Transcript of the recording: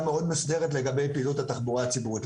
מאוד מוסדרת לגבי פעילות התחבורה הציבורית.